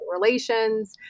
relations